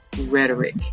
rhetoric